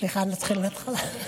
סליחה, נתחיל מהתחלה.